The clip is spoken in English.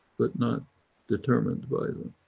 but not determined by them.